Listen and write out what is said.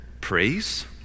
praise